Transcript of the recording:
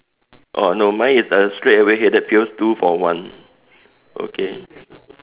oh no mine is uh straightaway headache pills two for one okay